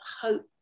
hope